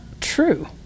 true